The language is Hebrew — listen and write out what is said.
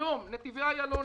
היום נתיבי איילון,